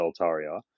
Altaria